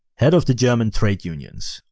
head of the german trade unions.